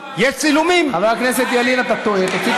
חבר הכנסת ילין, גם הוא אמר